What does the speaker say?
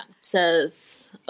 says